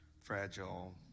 fragile